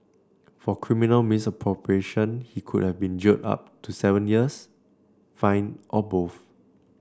for criminal misappropriation he could have been jailed up to seven years fined or both